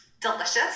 delicious